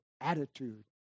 attitude